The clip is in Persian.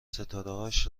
ستارههاش